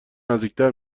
نزدیکتر